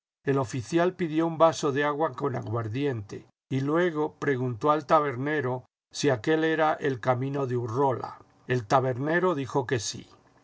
el oficial pidió un vaso de agua con aguardiente y luego preguntó al tabernero si aquél era el camino de jrrola el tabernero dijo que sí